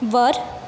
वर